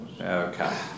okay